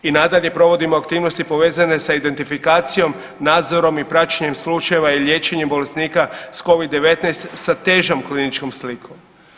I nadalje provodimo aktivnosti povezane sa identifikacijom, nadzorom i praćenjem slučajeva i liječenja bolesnika s Covid-19 sa težom kliničkom slikom.